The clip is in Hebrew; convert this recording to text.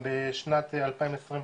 בשנת 2021,